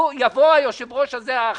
יבוא היושב-ראש הזה החשוך,